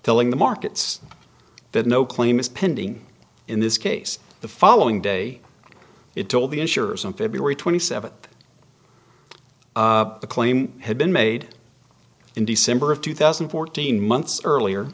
telling the markets that no claim is pending in this case the following day it told the insurers on february twenty seventh the claim had been made in december of two thousand and fourteen months earlier